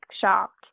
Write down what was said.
shocked